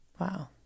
Wow